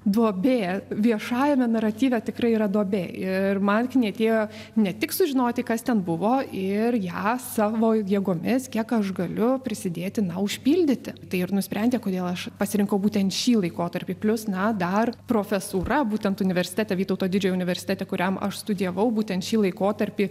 duobė viešajame naratyve tikrai yra duobė ir man knietėjo ne tik sužinoti kas ten buvo ir ją savo jėgomis kiek aš galiu prisidėti na užpildyti tai ir nusprendė kodėl aš pasirinkau būtent šį laikotarpį plius na dar profesūra būtent universitete vytauto didžiojo universitete kuriam aš studijavau būtent šį laikotarpį